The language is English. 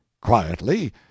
Quietly